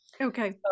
Okay